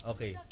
Okay